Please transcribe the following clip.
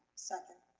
second.